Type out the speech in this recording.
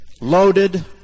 loaded